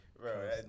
bro